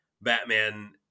Batman